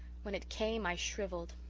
when it came i shrivelled.